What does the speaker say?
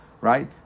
right